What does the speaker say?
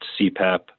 CPAP